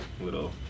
little